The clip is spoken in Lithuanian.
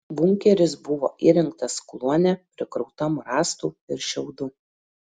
bunkeris buvo įrengtas kluone prikrautam rąstų ir šiaudų